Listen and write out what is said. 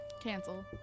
cancel